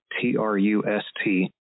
T-R-U-S-T